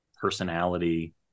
personality